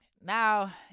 now